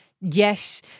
Yes